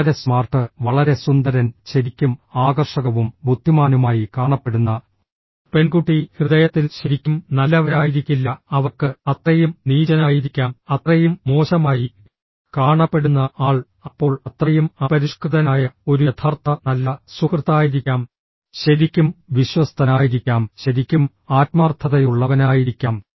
വളരെ സ്മാർട്ട് വളരെ സുന്ദരൻ ശരിക്കും ആകർഷകവും ബുദ്ധിമാനുമായി കാണപ്പെടുന്ന പെൺകുട്ടി ഹൃദയത്തിൽ ശരിക്കും നല്ലവരായിരിക്കില്ല അവർക്ക് അത്രയും നീചനായിരിക്കാം അത്രയും മോശമായി കാണപ്പെടുന്ന ആൾ അപ്പോൾ അത്രയും അപരിഷ്കൃതനായ ഒരു യഥാർത്ഥ നല്ല സുഹൃത്തായിരിക്കാം ശരിക്കും വിശ്വസ്തനായിരിക്കാം ശരിക്കും ആത്മാർത്ഥതയുള്ളവനായിരിക്കാം